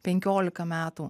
penkiolika metų